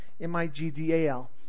M-I-G-D-A-L